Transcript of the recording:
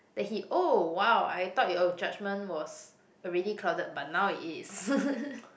then he oh !wow! I thought your judgement was already clouded but now it is